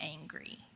angry